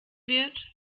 wird